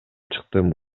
чыктым